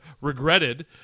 regretted